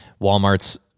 Walmart's